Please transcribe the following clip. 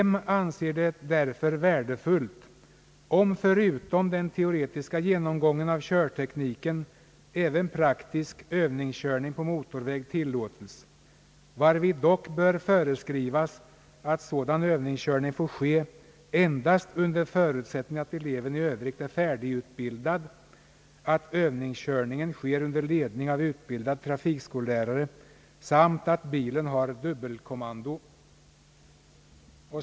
M anser det därför värdefullt om förutom den teoretiska genomgången av körtekniken även praktisk övningskörning på motorväg tillåtes, varvid dock bör föreskrivas att sådan övningskörning får ske endast under förutsättning att eleven i övrigt är färdigutbildad, att övningskörningen sker under ledning av utbildad trafikskolelärare samt att bilen har dubbelkommando.